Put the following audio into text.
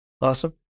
Awesome